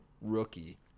rookie